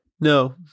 No